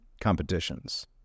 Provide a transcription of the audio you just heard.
competitions